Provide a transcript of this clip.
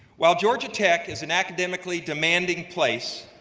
while georgia tech is an academically demanding place,